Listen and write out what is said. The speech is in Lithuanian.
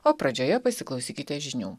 o pradžioje pasiklausykite žinių